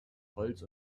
holz